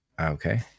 Okay